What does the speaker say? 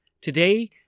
today